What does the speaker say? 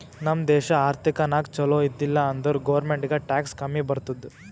ನಮ್ ದೇಶ ಆರ್ಥಿಕ ನಾಗ್ ಛಲೋ ಇದ್ದಿಲ ಅಂದುರ್ ಗೌರ್ಮೆಂಟ್ಗ್ ಟ್ಯಾಕ್ಸ್ ಕಮ್ಮಿ ಬರ್ತುದ್